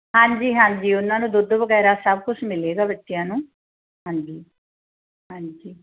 ਹਾਂਜੀ ਹਾਂਜੀ ਉਹਨਾਂ ਨੂੰ ਦੁੱਧ ਵਗੈਰਾ ਸਭ ਕੁਝ ਮਿਲੇਗਾ ਬੱਚਿਆਂ ਨੂੰ ਹਾਂਜੀ ਹਾਂਜੀ